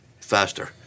faster